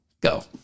Go